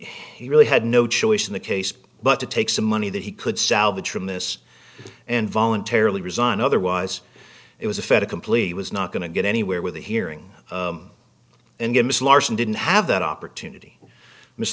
he really had no choice in the case but to take some money that he could salvage from this and voluntarily resign otherwise it was a fed a complete was not going to get anywhere with the hearing and gibbs larson didn't have that opportunity m